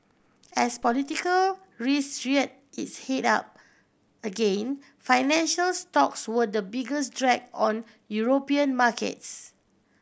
as political risk rear its head up again financial stocks were the biggest drag on European markets